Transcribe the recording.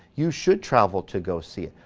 you should travel to go see it.